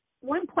One